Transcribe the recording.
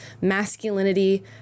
masculinity